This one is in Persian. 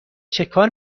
چکار